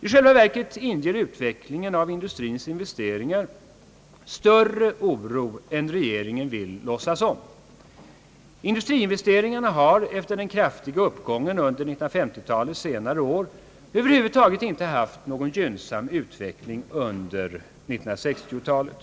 I själva verket inger utvecklingen av industrins investeringar större oro än regeringen vill låtsas om. Industriinvesteringarna har, efter den kraftiga uppgången under 1950-talets senare år, över huvud taget inte visat någon gynnsam utveckling under 1960-talet.